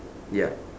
ya